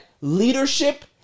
leadership